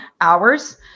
hours